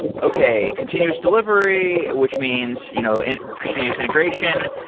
okay, continuous delivery, which means you know and continuous integration,